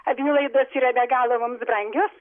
abi laidos yra be galo mums brangios